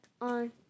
on